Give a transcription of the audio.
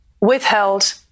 withheld